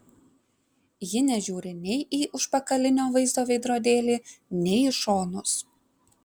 ji nežiūri nei į užpakalinio vaizdo veidrodėlį nei į šonus